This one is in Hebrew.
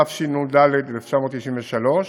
התשנ"ד 1993,